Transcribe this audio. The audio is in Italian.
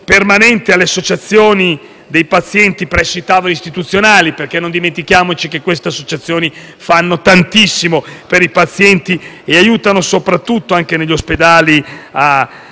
permanente delle associazioni dei pazienti presso i tavoli istituzionali, perché non dimentichiamoci che questo associazioni fanno tantissimo per i pazienti e aiutano, anche negli ospedali, a